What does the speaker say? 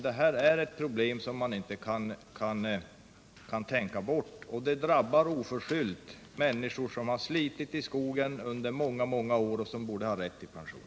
Detta är ett problem som man inte kan tänka bort, och det drabbar oförskyllt människor som har slitit i skogen under många år och som borde ha rätt till pension.